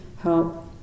help